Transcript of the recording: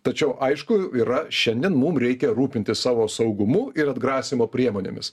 tačiau aišku yra šiandien mum reikia rūpintis savo saugumu ir atgrasymo priemonėmis